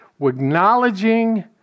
acknowledging